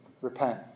repent